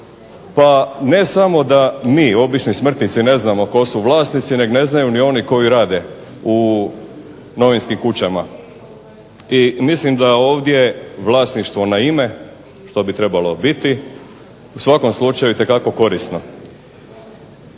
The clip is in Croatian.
pa ne samo da mi obični smrtnici ne znamo tko su vlasnici nego ne znaju ni oni koji rade u novinskim kućama. I mislim da ovdje vlasništvo na ime, što bi trebalo biti, u svakom slučaju itekako korisno.